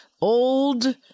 old